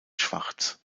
schwarz